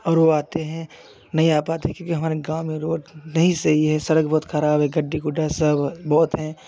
और वो आते हैं नहीं आ पाएते क्योंकि हमारे गाँव में रोड नहीं सही है सड़क बहुत खराब है गड्ढे गुढ्ढा सब बहुत हैं